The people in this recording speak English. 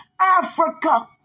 Africa